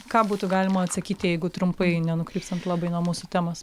ką būtų galima atsakyti jeigu trumpai nenukrypstant labai nuo mūsų temos